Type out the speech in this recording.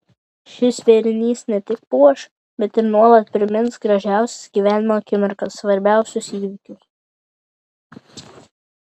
šis vėrinys ne tik puoš bet ir nuolat primins gražiausias gyvenimo akimirkas svarbiausius įvykius